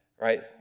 right